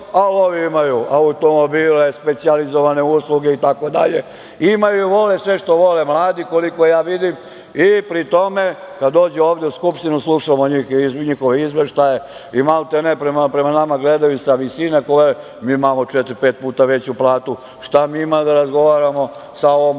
a ovi imaju automobile, specijalizovane usluge i tako dalje, imaju i vole sve što vole mladi, a koliko ja vidim i pri tome kada dođu ovde u Skupštinu slušamo njihove izveštaje, i maltene prema nama gledaju sa visine, mi imamo četiri, pet puta veću platu, šta mi ima da razgovaramo sa ovom